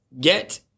get